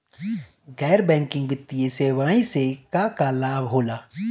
गैर बैंकिंग वित्तीय सेवाएं से का का लाभ होला?